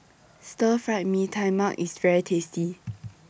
Stir Fry Mee Tai Mak IS very tasty